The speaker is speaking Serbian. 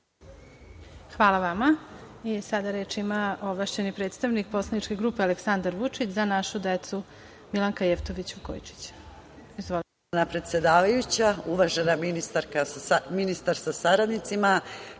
Hvala vama. Sada reč ima ovlašćeni predstavnik Poslaničke grupe Aleksandar Vučić – Za našu decu, Milanka Jevtović Vukojičić. **Milanka